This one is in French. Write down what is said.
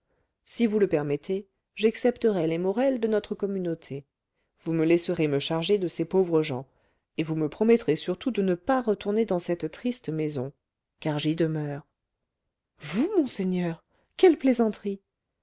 si vous le permettez j'excepterai les morel de notre communauté vous me laisserez me charger de ces pauvres gens et vous me promettrez surtout de ne pas retourner dans cette triste maison car j'y demeure vous monseigneur quelle plaisanterie